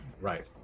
Right